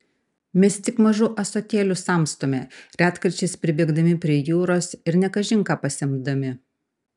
mes tik mažu ąsotėliu samstome retkarčiais pribėgdami prie jūros ir ne kažin ką pasemdami